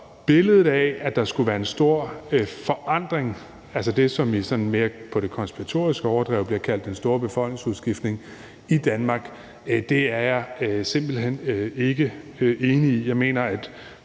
billedet af, at der skulle være en stor forandring, altså det, som på det konspiratoriske overdrev bliver kaldt den store befolkningsudskiftning, i Danmark, er jeg simpelt hen ikke enig i.